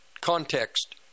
context